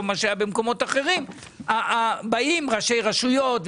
כשאז באו ראשי רשויות,